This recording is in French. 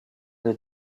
des